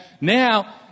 Now